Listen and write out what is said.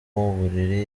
uburiri